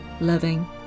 loving